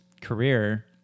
career—